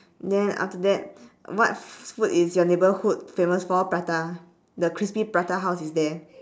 then after that what food is your neighbourhood famous for prata the crispy prata house is there